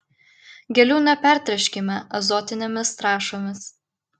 gėlių nepertręškime azotinėmis trąšomis